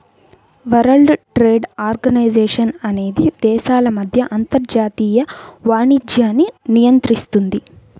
world Trade Organization అనేది దేశాల మధ్య అంతర్జాతీయ వాణిజ్యాన్ని నియంత్రిస్తుంది